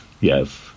yes